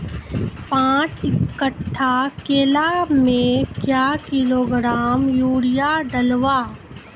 पाँच कट्ठा केला मे क्या किलोग्राम यूरिया डलवा?